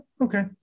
okay